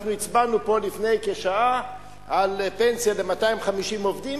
אנחנו הצבענו לפני כשעה על פנסיה ל-250 עובדים,